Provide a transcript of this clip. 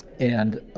and